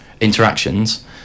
interactions